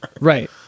Right